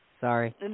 Sorry